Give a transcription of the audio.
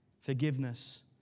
forgiveness